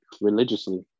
religiously